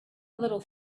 little